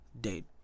date